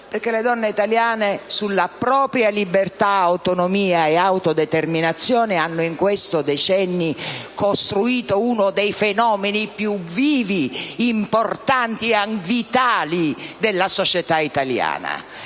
perché le donne italiane, sulla propria libertà, autonomia ed autodeterminazione hanno costruito in questi decenni uno dei fenomeni più vivi, importanti e vitali della società italiana.